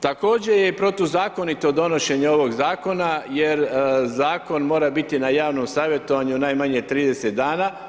Također je i protuzakonito donošenje ovog Zakona jer Zakon mora biti na javnom savjetovanju najmanje 30 dana.